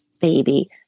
baby